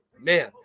man